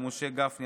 ומשה גפני,